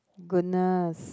goodness